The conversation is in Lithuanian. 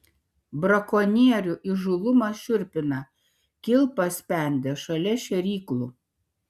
brakonierių įžūlumas šiurpina kilpas spendė šalia šėryklų